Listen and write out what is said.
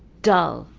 dull,